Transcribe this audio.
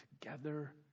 together